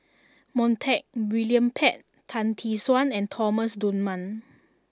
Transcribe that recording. Montague William Pett Tan Tee Suan and Thomas Dunman